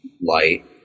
light